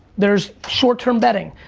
there's short-term betting,